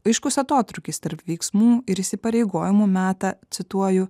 aiškus atotrūkis tarp veiksmų ir įsipareigojimų meta cituoju